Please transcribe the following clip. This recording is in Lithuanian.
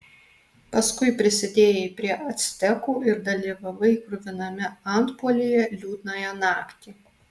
paskui prisidėjai prie actekų ir dalyvavai kruviname antpuolyje liūdnąją naktį